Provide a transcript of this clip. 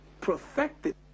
perfected